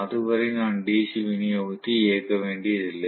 அதுவரை நான் DC விநியோகத்தை இயக்க வேண்டியதில்லை